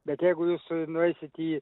bet jeigu jūs nueisit į